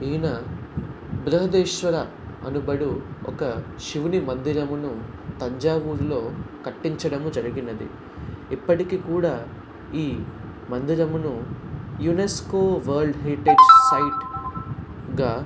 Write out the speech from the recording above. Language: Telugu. ఈయన బృహదీశ్వర అనుబడు ఒక శివుని మందిరమును తంజావూరులో కట్టించడము జరిగినది ఇప్పటికీ కూడా ఈ మందిరమును యునెస్కో వరల్డ్ హెరిటేజ్ సైట్గా